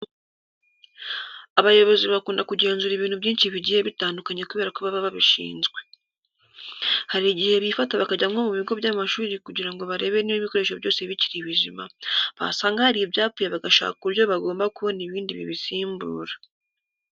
Abayobozi bakunda kugenzura ibintu byinshi bigiye bitandukanye kubera ko baba babishinzwe. Hari igihe bifata bakajya nko mu bigo by'amashuri kugira ngo barebe niba ibikoresho byose bikiri bizima, basanga hari ibyapfuye bagashaka uburyo bagomba kubona ibindi bibisimbura.